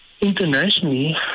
internationally